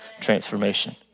transformation